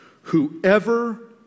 Whoever